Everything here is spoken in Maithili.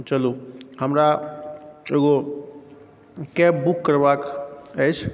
चलू हमरा एगो कैब बुक करबाक अछि